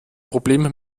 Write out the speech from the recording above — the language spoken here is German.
problem